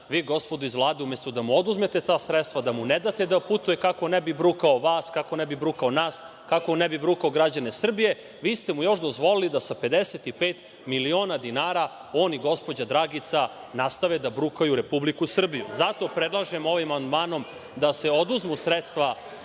Vi, gospodo iz Vlade, umesto da mu oduzmete ta sredstva, da mu ne date da putuje kako ne bi brukao vas, kako ne bi brukao nas, kako ne bi brukao građane Srbije, vi ste mu još dozvolili da sa 55 miliona dinara on i gospođa Dragica nastave da brukaju Republiku Srbiju. Zato predlažem ovim amandmanom da se oduzmu sredstva